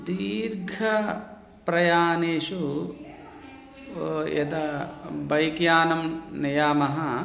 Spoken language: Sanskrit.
दीर्घप्रयाणेषु यदा बैक् यानं नयामः